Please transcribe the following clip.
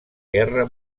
guerra